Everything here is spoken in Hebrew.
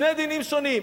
שני דינים שונים.